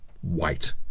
white